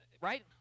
right